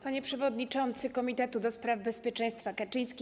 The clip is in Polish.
Panie Przewodniczący Komitetu ds. Bezpieczeństwa Kaczyński!